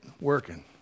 working